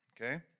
Okay